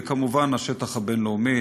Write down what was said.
וכמובן השטח הבין-לאומי,